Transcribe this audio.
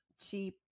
cheap